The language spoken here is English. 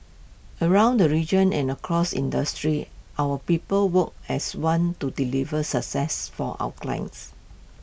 around the region and across industries our people work as one to deliver success for our clients